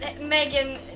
Megan